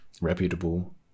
reputable